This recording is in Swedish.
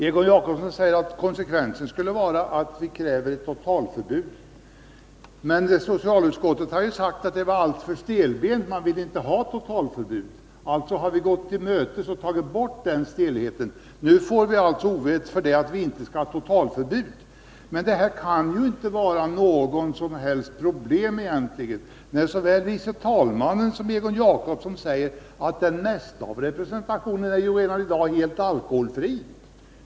Egon Jacobsson sade att konsekvensen bjuder att vi kräver ett totalförbud. Men socialutskottet har ju sagt att det skulle vara alltför stelbent — man vill inte ha ett totalförbud. Vi har alltså gått socialutskottet till mötes och tagit bort den stelheten. Nu får vi ovett för att vi inte vill ha något totalförbud! 7 Egentligen kan det inte vara något som helst problem, eftersom såväl förste vice talmannen som Egon Jacobsson säger att den mesta representationen f. n. är helt alkoholfri.